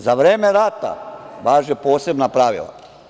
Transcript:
Za vreme rata važe posebna pravila.